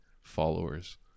followers